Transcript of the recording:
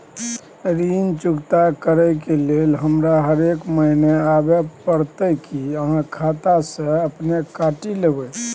ऋण चुकता करै के लेल हमरा हरेक महीने आबै परतै कि आहाँ खाता स अपने काटि लेबै?